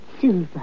Silver